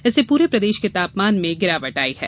इससे पूरे प्रदेश के तापमान में गिरावट आई है